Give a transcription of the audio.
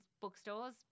bookstores